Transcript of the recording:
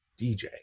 DJ